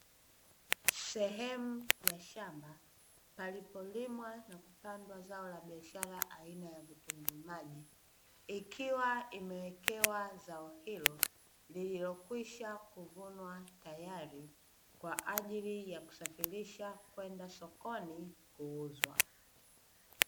Sehemu ya shamba palipolimwa na kupandwa zao la biashara aina ya vitunguu maji, ikiwa imewekewa zao hilo lililokwisha kuvunwa tayari kwa ajili ya kusafirisha kwenda sokoni kuuzwa.